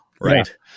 right